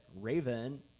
Raven